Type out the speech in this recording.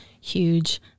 huge